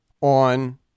on